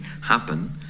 happen